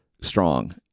strong